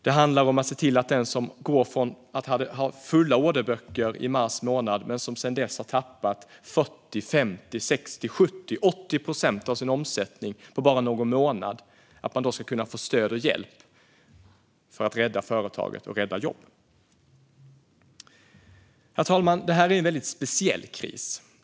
Det handlar också om att se till att den som hade fulla orderböcker i mars månad men som sedan dess har tappat 40, 50, 60, 70 eller 80 procent av sin omsättning på bara någon månad ska kunna få stöd och hjälp för att rädda företaget och rädda jobben. Herr talman! Detta är en väldigt speciell kris.